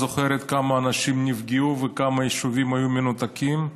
ואת זוכרת כמה אנשים נפגעו וכמה יישובים היו מנותקים,